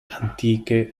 antiche